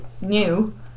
new